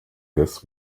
this